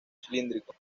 cilíndrico